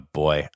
boy